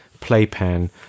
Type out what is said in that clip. Playpen